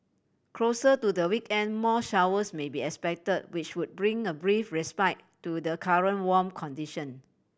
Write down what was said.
closer to the weekend more showers may be expect which would bring a brief respite to the current warm condition